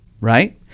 right